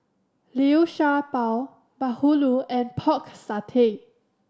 Liu Sha Bao Bahulu and Pork Satay